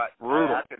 Brutal